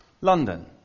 London